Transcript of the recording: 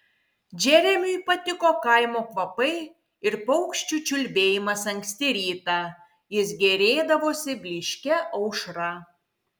džeremiui patiko kaimo kvapai ir paukščių čiulbėjimas anksti rytą jis gėrėdavosi blyškia aušra